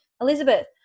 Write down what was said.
Elizabeth